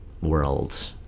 world